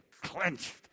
clenched